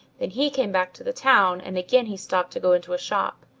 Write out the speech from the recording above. then he came back to the town and again he stopped to go into a shop.